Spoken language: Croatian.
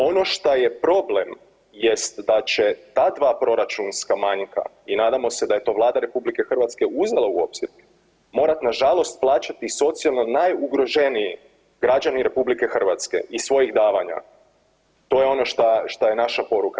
Ono šta je problem jest da će ta dva proračunska manjka i nadamo se da je to Vlada RH uzela u obzir, morat nažalost plaćati i socijalno najugroženije, građani RH iz svojih davanja, to je ono šta, šta je naša poruka.